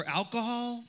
alcohol